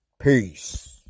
Peace